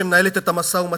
שמנהלת את המשא-ומתן,